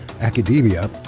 academia